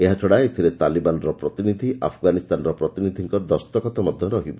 ଏହାଛଡ଼ା ଏଥିରେ ତାଲିବାନର ପ୍ରତିନିଧି ଆଫ୍ଗାନିସ୍ତାନର ପ୍ରତିନିଧିଙ୍କ ଦସ୍ତଖତ ମଧ୍ୟ ରହିବ